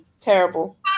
terrible